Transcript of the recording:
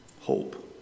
Hope